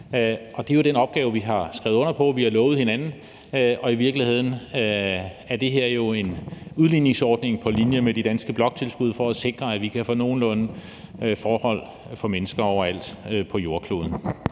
Det er jo den opgave, vi har skrevet under på og har lovet hinanden at løfte. I virkeligheden er det her jo en udligningsordning på linje med de danske bloktilskud for at sikre, at vi kan få nogenlunde forhold for mennesker overalt på jordkloden.